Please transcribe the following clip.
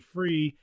Free